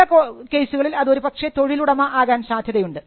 ചില കേസുകളിൽ അത് ഒരുപക്ഷേ തൊഴിലുടമ ആകാൻ സാധ്യതയുണ്ട്